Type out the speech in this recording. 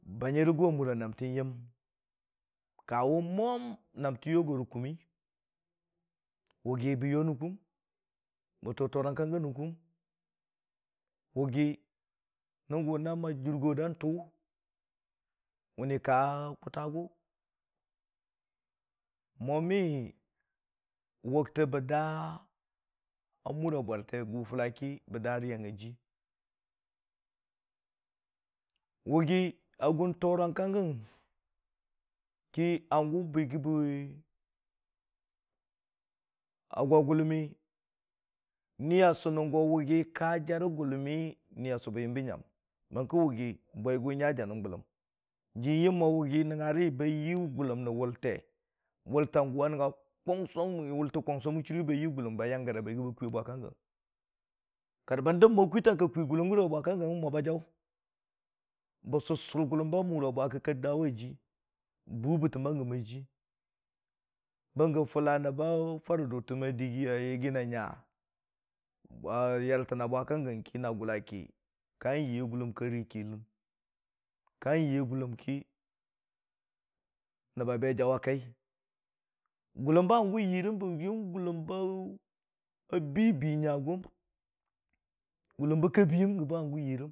Banyi rəgʊ a mura, naatə yəm, kawʊ mwam a mura naatə yogore a mura kʊmm. Wʊgi bə yo nən kum, bə too torang ka gən nən kʊm, wʊgi nən gʊ naam a jʊrgo dan tʊ mənni ka kʊtagʊ, mwami wʊgte bə daa a mura bwarte gʊ fʊlla ki bə daa riita dii wʊgi a gʊn toorang kang giyəna ki hangʊ bə yɨgii a gwa gʊllonni, ni ya sʊnən go wʊgi ka jarə gʊllomii ni a sʊbə yəmbə nyam, bəng kə wʊgi bwaigʊ nya janən gʊllom, ji yəm mo wʊgi nəngnga rə bo yi gʊllom rə wʊlte, wʊltang gʊ a nənanga kong sʊng? wʊltə kongsong mən chuuri ba yii gʊlləm ba yang gəre ba di a kwi a bwa kang gən, kar bən dəb mo kwilang ka kwi gʊlləm gəre a mura bwa kang gən mo ba jaʊ. bə sʊrsʊr gʊlləm a mura bwa ki kə dawa jii. bʊʊ bətəm ba gəm a jii, bəngə fʊla məb bə farə dutəm a dəggi a yigi a nya a yortəng na bwa kang gən ki na gʊla ki ka yiyo gʊllum ka rii kɨlən, ka yiye gʊlləm ki nəb ba be saʊ wa kai, gʊlləm bə hangʊ bə yiyerəm gʊlləm bu bii bii nyagʊm gʊlləm bə ka biiyəm gʊ hangʊ yiye rəm.